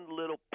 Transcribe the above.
little